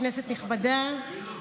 כנסת נכבדה.